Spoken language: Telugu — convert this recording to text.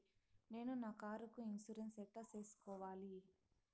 నేను నా కారుకు ఇన్సూరెన్సు ఎట్లా సేసుకోవాలి